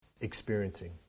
experiencing